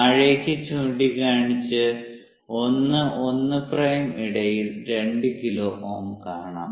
താഴേക്ക് ചൂണ്ടിക്കാണിച്ച് 1 1 പ്രൈം ഇടയിൽ 2 കിലോ Ω കാണാം